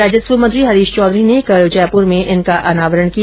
राजस्व मंत्री हरीश चौधरी ने कल जयपुर में इनका अनावरण किया